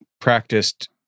practiced